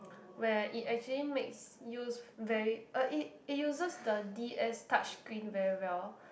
where it actually makes use very uh it it uses the D_S touch screen very well